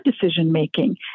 decision-making